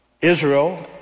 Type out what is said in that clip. Israel